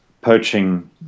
poaching